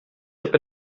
habe